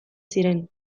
ziren